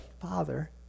Father